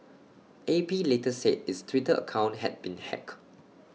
A P later said its Twitter account had been hacked